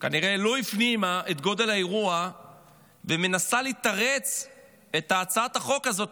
כנראה לא הפנימה את גודל האירוע ומנסה לתרץ את הצעת החוק הזאת,